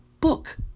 book